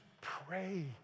pray